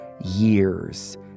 years